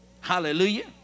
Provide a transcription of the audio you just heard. Hallelujah